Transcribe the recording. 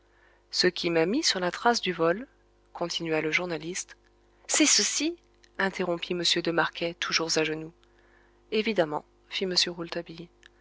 ce qui m'a mis sur la trace du vol continua le journaliste c'est ceci interrompit m de marquet toujours à genoux évidemment fit